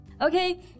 Okay